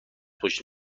پشت